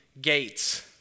gates